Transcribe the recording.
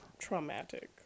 traumatic